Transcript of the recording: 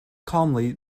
calmly